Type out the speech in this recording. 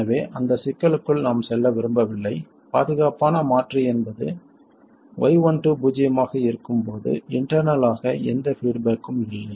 எனவே அந்தச் சிக்கலுக்குள் நாம் செல்ல விரும்பவில்லை பாதுகாப்பான மாற்று என்பது y12 பூஜ்ஜியமாக இருக்கும் போது இன்டெர்னல் ஆக எந்த பீட்பேக்கும் இல்லை